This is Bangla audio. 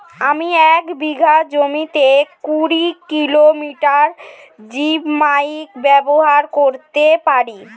আমি এক বিঘা জমিতে কুড়ি কিলোগ্রাম জিপমাইট ব্যবহার করতে পারি?